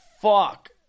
Fuck